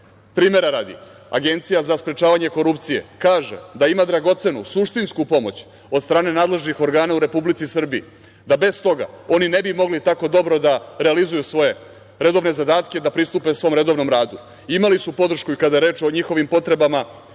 shvate. Primera radi Agencija za sprečavanje korupcije kaže da ima dragocenu, suštinsku pomoć od strane nadležnih organa u Republici Srbiji, da bez toga oni ne bi mogli tako dobro da realizuju svoje redovne zadatke, da pristupe svom redovnom radu. Imali su podršku i kada je reč o njihovim potrebama